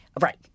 right